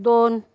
दोन